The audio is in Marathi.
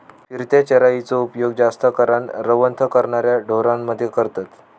फिरत्या चराइचो उपयोग जास्त करान रवंथ करणाऱ्या ढोरांमध्ये करतत